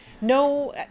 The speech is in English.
No